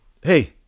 hey